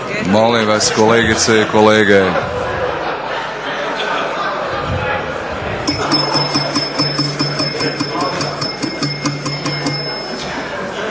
Molim vas kolegice i kolege